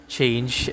change